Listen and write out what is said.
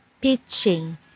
pitching